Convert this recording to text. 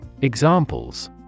Examples